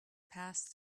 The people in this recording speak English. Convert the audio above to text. passed